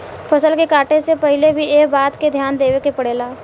फसल के काटे से पहिले भी एह बात के ध्यान देवे के पड़ेला